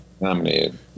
nominated